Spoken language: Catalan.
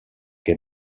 que